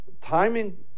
timing